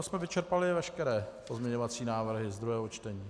To jsme vyčerpali veškeré pozměňovací návrhy z druhého čtení.